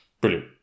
brilliant